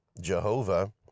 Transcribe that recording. Jehovah